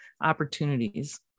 opportunities